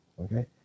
Okay